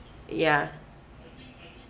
ya